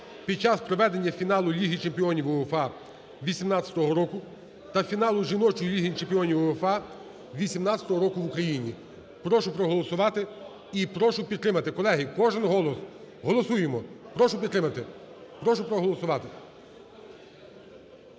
під час проведення фіналу Ліги Чемпіонів УЄФА 2018 року та фіналу жіночої Ліги Чемпіонів УЄФА 2018 року в Україні. Прошу проголосувати і прошу підтримати. Колеги, кожен голос, голосуємо. Прошу підтримати, прошу проголосувати.